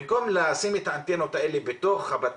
במקום לשים את האנטנות האלה בתוך הבתים,